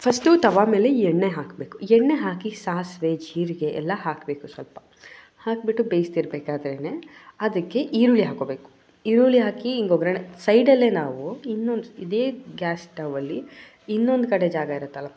first ತವಾ ಮೇಲೆ ಎಣ್ಣೆ ಹಾಕಬೇಕು ಎಣ್ಣೆ ಹಾಕಿ ಸಾಸಿವೆ ಜೀರಿಗೆ ಎಲ್ಲ ಹಾಕಬೇಕು ಸ್ವಲ್ಪ ಹಾಕಿಬಿಟ್ಟು ಬೇಯಿಸ್ತಿರ್ಬೇಕಾದ್ರೇಯೇ ಅದಕ್ಕೆ ಈರುಳ್ಳಿ ಹಾಕ್ಕೋಬೇಕು ಈರುಳ್ಳಿ ಹಾಕಿ ಹೀಗ್ ಒಗ್ಗರಣೆ ಸೈಡಲ್ಲೇ ನಾವು ಇನ್ನೊಂದು ಇದೇ ಗ್ಯಾಸ್ ಸ್ಟೌವಲ್ಲಿ ಇನ್ನೊಂದು ಕಡೆ ಜಾಗ ಇರುತ್ತಲ್ಲ